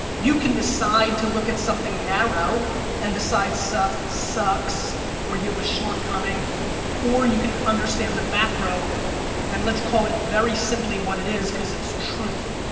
you can decide to look at something narrow and decide stuff sucks or you a shortcoming or you can understand the macro and let's call it very simply what it is because it's truth.